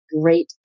great